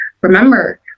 remember